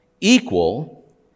Equal